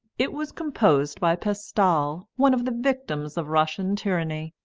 it was composed by pestal, one of the victims of russian tyranny,